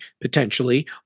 potentially